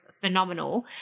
phenomenal